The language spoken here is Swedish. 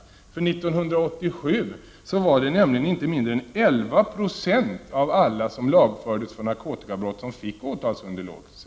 1987 var det nämligen inte mindre än 11 96 av alla som lagfördes för narkotikabrott som fick åtalsunderlåtelse.